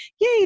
yay